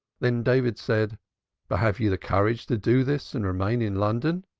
then david said but have you the courage to do this and remain in london?